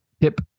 Tip